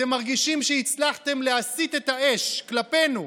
אתם מרגישים שהצלחתם להסיט את האש כלפינו,